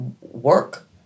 work